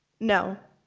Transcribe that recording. no,